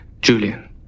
Julian